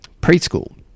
preschool